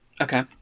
Okay